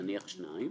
נניח שניים,